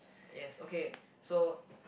yes okay so